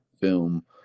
film